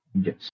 yes